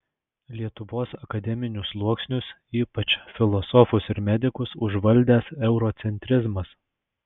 lietuvos akademinius sluoksnius ypač filosofus ir medikus užvaldęs eurocentrizmas